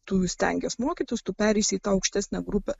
tu stengies mokytis tu pereisi į tą aukštesnę grupę